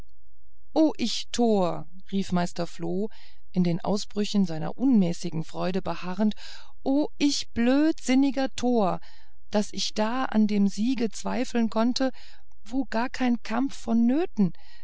o ich tor rief aber meister floh in den ausbrüchen seiner unmäßigen freude beharrend o ich blödsinniger tor daß ich da an dem siege zweifeln konnte wo gar kein kampf mehr vonnöten